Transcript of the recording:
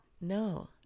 No